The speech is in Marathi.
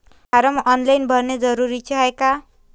फारम ऑनलाईन भरने जरुरीचे हाय का?